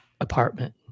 apartment